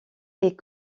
est